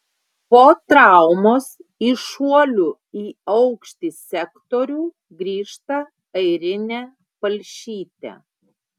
po traumos į šuolių į aukštį sektorių grįžta airinė palšytė